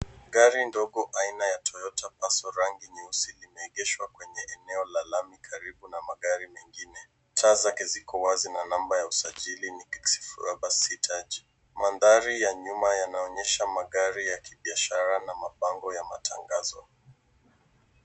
Gari ndogo ya aina ya Toyota passo rangi nyeusi limeegeshwa kwenye eneo la lami karibu na magari mengine. Taa zake ziko wazi na namba ya usajili ni KDQ 076J. mandhari ya nyuma yanaonyesha magari ya kibiashara na mabango ya matangazo.